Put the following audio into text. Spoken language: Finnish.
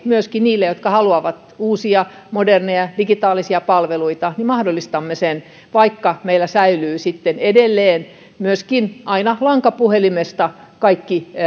myöskin niille jotka haluavat uusia moderneja digitaalisia palveluita mahdollistamme sen vaikka meillä säilyvät sitten edelleen aina lankapuhelimesta alkaen